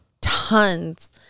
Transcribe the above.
tons